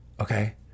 okay